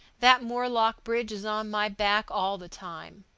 that moorlock bridge is on my back all the time.